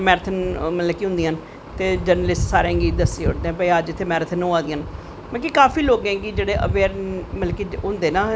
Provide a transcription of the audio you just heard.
ते मैरथन मतलव कि होंदियां न ते जर्नलिस्ट सारें गी दस्सी ओड़दे न कि इत्थें मैराथन होआ दियां न मतलव कि काफी लोग अवेयर होंदे न